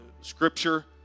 scripture